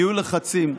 יהיו לחצים.